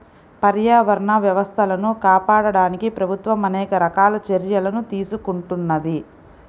పర్యావరణ వ్యవస్థలను కాపాడడానికి ప్రభుత్వం అనేక రకాల చర్యలను తీసుకుంటున్నది